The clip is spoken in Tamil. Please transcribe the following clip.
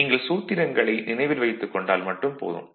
நீங்கள் சூத்திரங்களை நினைவில் வைத்துக் கொண்டால் மட்டும் போதும்